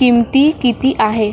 किंमती किती आहे